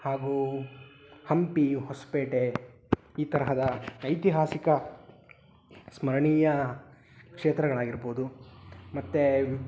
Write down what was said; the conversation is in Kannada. ಹಾಗೂ ಹಂಪಿ ಹೊಸಪೇಟೆ ಈ ತರಹದ ಐತಿಹಾಸಿಕ ಸ್ಮರಣೀಯ ಕ್ಷೇತ್ರಗಳಾಗಿರ್ಬೋದು ಮತ್ತು